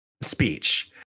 speech